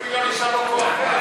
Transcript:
לנורבגי לא נשאר לו כוח.